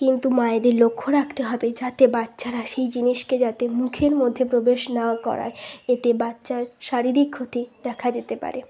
কিন্তু মায়েদের লক্ষ্য রাখতে হবে যাতে বাচ্চারা সেই জিনিসকে যাতে মুখের মধ্যে প্রবেশ না করায় এতে বাচ্চার শারীরিক ক্ষতি দেখা যেতে পারে